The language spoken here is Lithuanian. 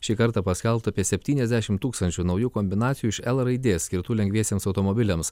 šį kartą paskelbta apie septyniasdešim tūkstančių naujų kombinacijų iš l raidės skirtų lengviesiems automobiliams